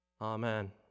Amen